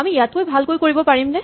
আমি ইয়াতকৈ ভালকৈ কৰিব পাৰিমনে